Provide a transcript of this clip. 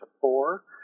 four